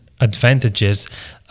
advantages